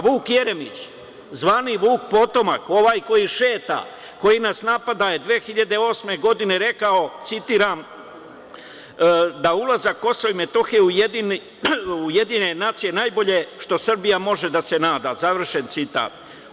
Vuk Jeremić, zvani Vuk potomak, ovaj koji šeta, koji nas napada je 2008. godine rekao, citiram - da je ulazak Kosova i Metohije u UN najbolje što Srbija može da se nada, završen citat.